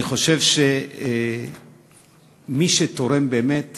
אני חושב שמי שתורם באמת